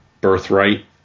Birthright